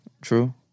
True